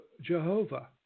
Jehovah